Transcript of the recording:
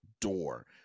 door